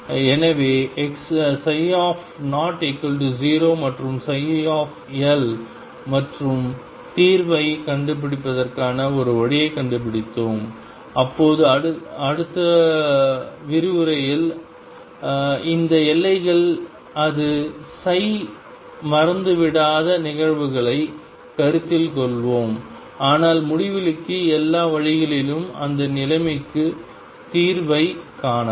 எனவே 00 மற்றும் ψ மற்றும் தீர்வைக் கண்டுபிடிப்பதற்கான ஒரு வழியைக் கண்டுபிடித்தோம் இப்போது அடுத்த விரிவுரையில் இந்த எல்லைகளில் அது மறைந்துவிடாத நிகழ்வுகளைக் கருத்தில் கொள்வோம் ஆனால் முடிவிலிக்கு எல்லா வழிகளிலும் அந்த நிலைமைக்கு தீர்வுகளைக் காணலாம்